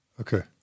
Okay